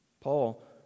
Paul